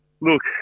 look